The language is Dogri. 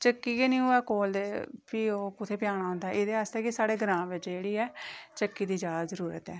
चक्की गै निं होऐ कोल फ्ही ओह् कुत्थै पेहाना होंदा एह्दे आस्तै कि साढ़े ग्रां बिच जेह्ड़ी ऐ चक्की दी जैदा जरूरत ऐ